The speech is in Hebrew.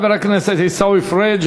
תודה לחבר הכנסת עיסאווי פריג'.